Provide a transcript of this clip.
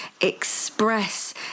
express